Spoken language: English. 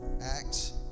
Acts